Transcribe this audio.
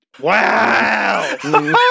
Wow